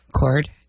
cord